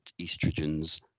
estrogens